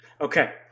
Okay